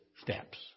steps